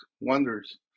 wonders